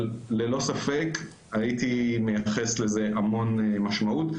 אבל ללא ספק הייתי מייחס לזה המון משמעות.